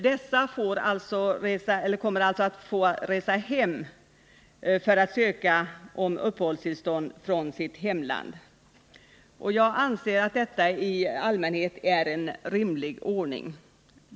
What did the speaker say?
Dessa kommer alltså att få resa hem för att ansöka om uppehållstillstånd från sitt hemland. Jag anser att detta i allmänhet är en rimlig ordning.